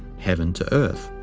heaven to earth.